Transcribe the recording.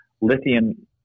Lithium